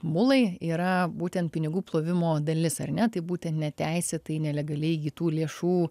mulai yra būtent pinigų plovimo dalis ar ne taip būtent neteisėtai nelegaliai įgytų lėšų